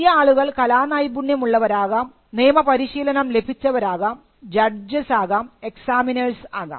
ഈ ആളുകൾ കലാ നൈപുണ്യം ഉള്ളവരാകാം നിയമ പരിശീലനം ലഭിച്ചവരാകാം ജഡ്ജസ് ആകാം എക്സാമിനേഴ്സ് ആകാം